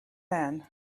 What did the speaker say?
man